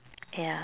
ya